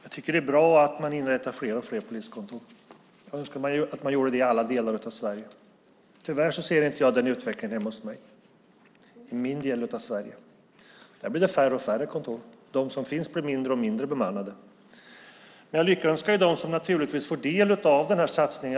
Fru talman! Jag tycker att det är bra att man inrättar fler och fler poliskontor. Jag önskar att man gjorde det i alla delar av Sverige. Tyvärr ser jag inte den utvecklingen hemma hos mig i min del av Sverige. Där blir det färre och färre kontor, och de som finns blir mindre och mindre bemannade. Jag lyckönskar dem som får del av den här satsningen.